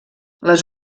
les